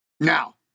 Now